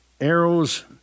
arrows